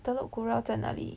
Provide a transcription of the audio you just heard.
Telok-Kurau 在哪里